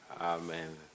Amen